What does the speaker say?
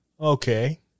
Okay